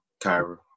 Kyra